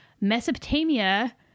Mesopotamia